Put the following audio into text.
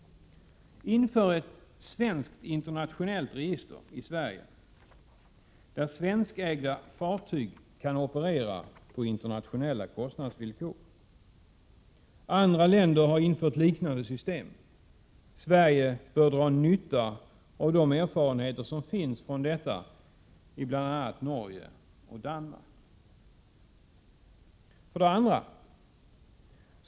Inför ett svenskt internationellt register i Sverige, där svenskägda fartyg kan operera på internationella kostnadsvillkor! Andra länder har infört liknande system. Sverige bör dra nytta av erfarenheterna därav från bl.a. Norge och Danmark. 2.